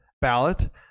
ballot